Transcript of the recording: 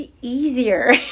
easier